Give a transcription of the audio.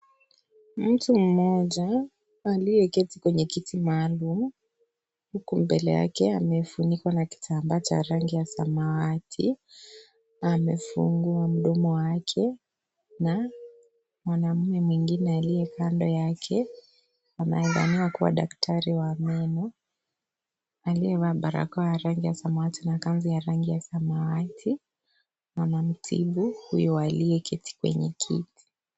Mtu mmoja aliyeketi kwenye kiti maalum. Huku mbele yake amefunikwa na kitambaa cha rangi ya samawati. Amefungua mdomo wake, na mwanamume mwingine aliye kando yake anayedhaniwa kuwa daktari wa meno. Aliyevalia barakoa ya rangi ya samawati na kanzu ya rangi ya samawati. Anamtibu huyu aliyeketi kwenye kiti.